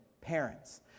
parents